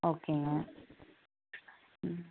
ஓகேங்க ம்